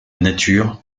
nature